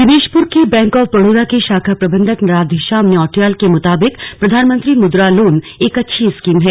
दिनेशप्र के bank of Baroda के शाखा प्रबंधक राधेश्याम नौटियाल के मुताबिक प्रधानमंत्री मुद्रा लोन एक अच्छी स्कीम है